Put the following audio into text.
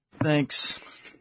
Thanks